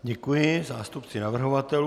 Děkuji zástupci navrhovatelů.